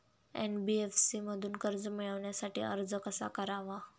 NBFC मधून कर्ज मिळवण्यासाठी अर्ज कसा करावा?